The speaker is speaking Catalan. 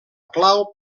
clau